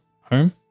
home